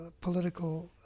political